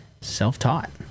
Self-taught